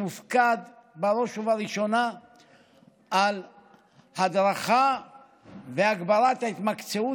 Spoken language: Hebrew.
מופקד בראש ובראשונה על הדרכה והגברת ההתמקצעות